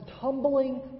tumbling